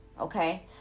Okay